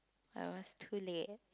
I was too late